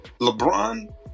LeBron